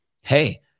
hey